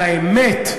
על האמת,